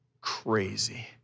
crazy